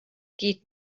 geht